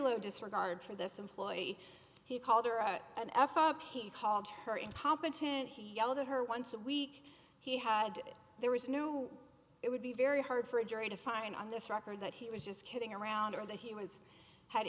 low disregard for this employee he called her out an f up he called her incompetent he yelled at her once a week he had there was no it would be very hard for a jury to find on this record that he was just kidding around or that he was had